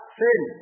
sin